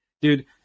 dude